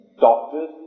doctors